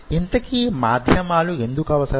ఇంతకీ మాధ్యమాలు ఎందుకు అవసరం